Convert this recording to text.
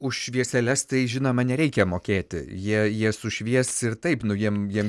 už švieseles tai žinoma nereikia mokėti jie jie sušvies ir taip nu jiem jiem